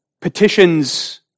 petitions